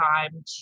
time